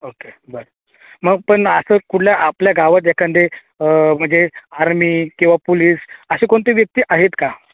okay बर मग पण असं कुठल्या आपल्या गावात एखादे म्हणजे आर्मी किंवा पुलीस असे कोणते व्यक्ती आहेत का